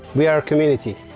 we are a community,